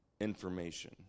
information